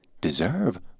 deserve